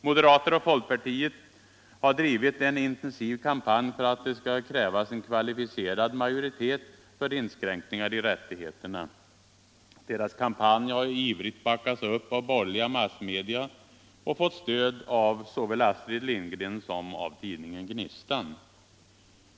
Moderaterna och folkpartiet har drivit en intensiv kampanj för att det skall krävas en kvalificerad majoritet för inskränkningar i rättigheterna. Deras kampanj har ivrigt backats upp av borgerliga massmedia och fått stöd av såväl Astrid Lindgren som av tidningen Gnistan.